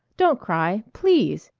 don't cry, please!